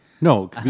No